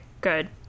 good